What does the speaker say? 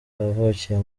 wavukiye